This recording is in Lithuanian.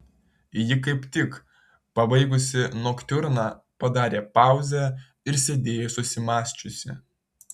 ji kaip tik pabaigusi noktiurną padarė pauzę ir sėdėjo susimąsčiusi